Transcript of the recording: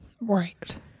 Right